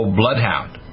bloodhound